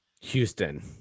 Houston